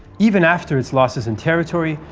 even after its losses in territory,